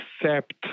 accept